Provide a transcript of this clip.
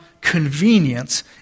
convenience